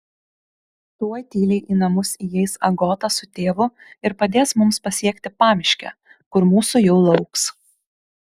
tuoj tyliai į namus įeis agota su tėvu ir padės mums pasiekti pamiškę kur mūsų jau lauks